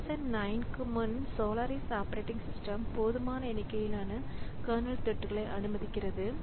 version 9 க்கு முன் Solaris operating system போதுமான எண்ணிக்கையிலான கர்னல் த்ரெட்களை அனுமதிக்கிறது